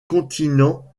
continent